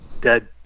Dead